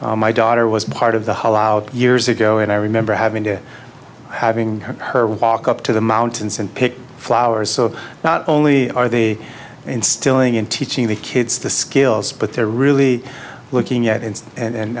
do my daughter was part of the hollow out years ago and i remember having to having her walk up to the mountains and pick flowers so not only are they instilling in teaching the kids the skills but they're really looking at him and